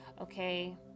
okay